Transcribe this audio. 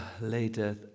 later